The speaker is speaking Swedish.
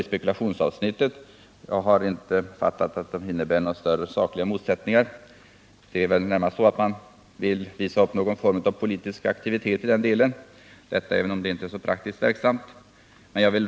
Jag har inte fattat det så att reservationerna innebär att det föreligger några stora sakliga motsättningar mellan socialdemokraterna och de andra partierna. Det är väl närmast så att man har velat visa upp någon form av politisk aktivitet i den här delen, även om det i praktiken inte får någon effekt.